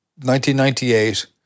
1998